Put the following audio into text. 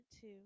two